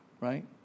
right